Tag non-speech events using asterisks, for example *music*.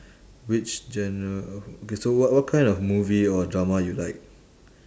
which genre *noise* okay so what what kind of movie or drama you like